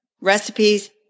recipes